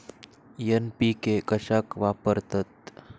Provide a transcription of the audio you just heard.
NPK कशाक वापरतत?